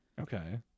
Okay